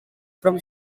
from